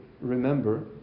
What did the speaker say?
Remember